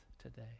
today